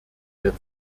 der